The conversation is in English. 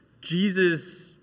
Jesus